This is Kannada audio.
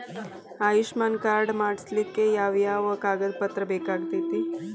ಆಯುಷ್ಮಾನ್ ಕಾರ್ಡ್ ಮಾಡ್ಸ್ಲಿಕ್ಕೆ ಯಾವ ಯಾವ ಕಾಗದ ಪತ್ರ ಬೇಕಾಗತೈತ್ರಿ?